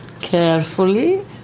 Carefully